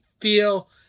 feel